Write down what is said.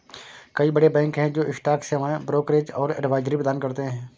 कई बड़े बैंक हैं जो स्टॉक सेवाएं, ब्रोकरेज और एडवाइजरी प्रदान करते हैं